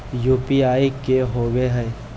UPI की होवे हय?